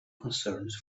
concerns